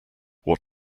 what